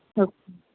okay